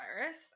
virus